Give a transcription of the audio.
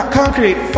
concrete